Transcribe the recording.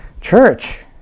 church